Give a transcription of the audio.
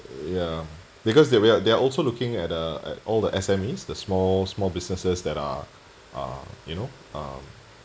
uh ya because that we are they are also looking at uh at all the S_M_Es the small small businesses that are are you know um